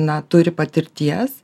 na turi patirties